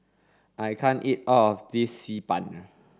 I can't eat all of this Xi Ban